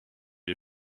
les